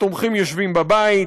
התומכים יושבים בבית,